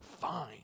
Fine